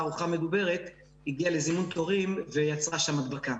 הארוחה המדוברת הגיעה לזימון תורים ויצרה שם הדבקה.